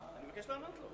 אני מבקש לענות לו.